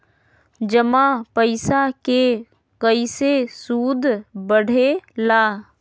जमा पईसा के कइसे सूद बढे ला?